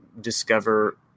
discover